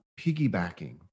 piggybacking